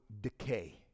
decay